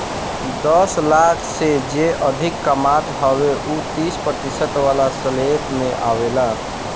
दस लाख से जे अधिका कमात हवे उ तीस प्रतिशत वाला स्लेब में आवेला